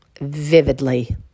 vividly